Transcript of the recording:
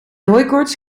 hooikoorts